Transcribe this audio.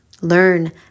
Learn